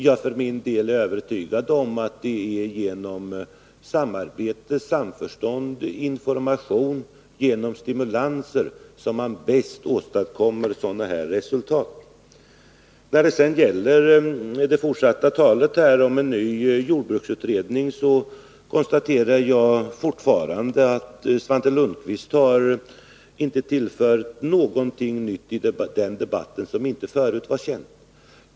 Jag för min del är övertygad om att det är genom samarbete, samförstånd, information och stimulanser som man bäst åstadkommer resultat. När det sedan gäller talet om en ny jordbruksutredning konstaterar jag fortfarande att Svante Lundkvist inte har tillfört debatten något som inte förut var känt.